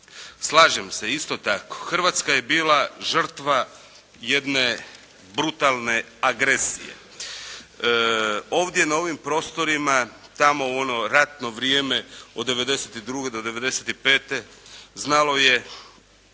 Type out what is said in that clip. slažem se, isto tako, Hrvatska je bila žrtva jedne brutalne agresije. Ovdje na ovim prostorima, tamo u ono ratno vrijeme od 92. do 95. znalo je